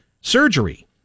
surgery